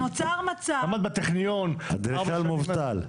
למד בטכניון --- אדריכל מובטל.